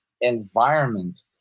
environment